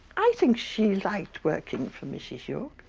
i think she liked working for mrs york.